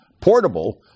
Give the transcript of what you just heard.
portable –